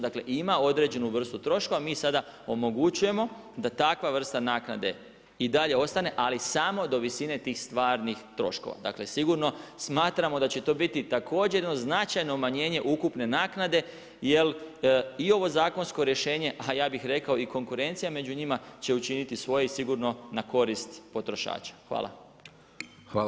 Dakle, ima određenu vrstu troškova, mi sada omogućujemo da takva vrsta naknade i dalje ostane, ali samo do visine tih stvarnih troškova, dakle sigurno smatramo da će to biti također jedno značajno umanjenje ukupne naknade jer i ovo zakonsko rješenje, a ja bi rekao i konkurencija među njima, će učiniti svoje i sigurno na korist potrošača.